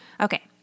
Okay